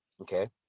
Okay